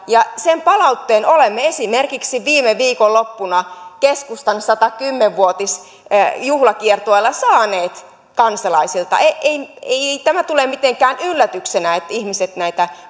ja sen palautteen olemme esimerkiksi viime viikonloppuna keskustan satakymmentä vuotisjuhlakiertueella saaneet kansalaisilta eivät tämä tule mitenkään yllätyksenä että ihmiset näitä